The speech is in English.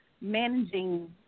managing